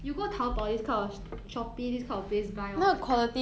you go tao bao this kind of shopee this kind of place buy right